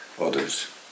others